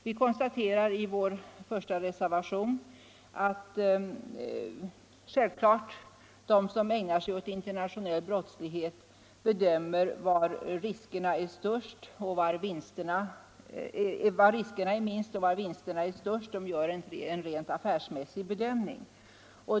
Vi konstaterar i vår första reservation att de som ägnar sig åt internationell brottslighet självfallet bedömer var riskerna finns och var vinsterna är störst. De gör en rent affärsmässig bedömning.